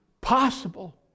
possible